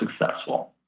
successful